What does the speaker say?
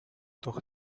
doch